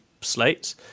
slates